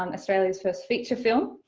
um australia's first feature film,